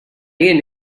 jien